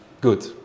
good